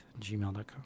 gmail.com